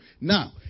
Now